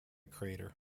crater